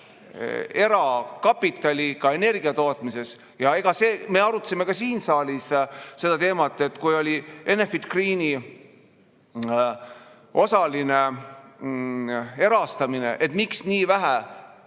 erakapitali ka energiatootmises. Me arutasime ka siin saalis seda teemat, miks siis, kui oli Enefit Greeni osaline erastamine, pandi nii vähe